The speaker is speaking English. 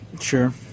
sure